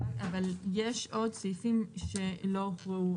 אבל יש עוד סעיפים שלא הוקראו,